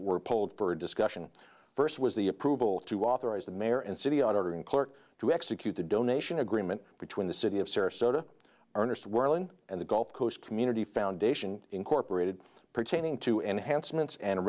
were polled for discussion first was the approval to authorize the mayor and city of ordering clerk to execute a donation agreement between the city of sarasota ernest worland and the gulf coast community foundation incorporated pertaining to enhancements and